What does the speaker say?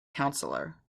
counselor